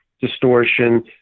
distortion